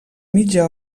mitja